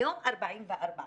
היום 44%,